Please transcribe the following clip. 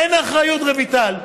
אין אחריות, רויטל,